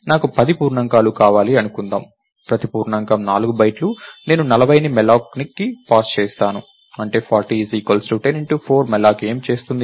నాకు 10 పూర్ణాంకాలు కావాలి అనుకుందాం ప్రతి పూర్ణాంకం 4 బైట్లు నేను 40ని mallocకి పాస్ చేస్తాను అంటే 40 10 4